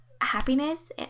happiness